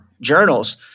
journals